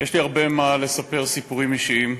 יש לי הרבה מה לספר, סיפורים אישיים,